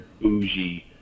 bougie